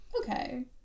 okay